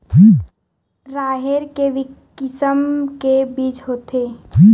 राहेर के किसम के बीज होथे?